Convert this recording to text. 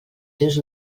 seus